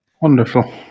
Wonderful